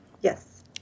Yes